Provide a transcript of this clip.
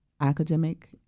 academic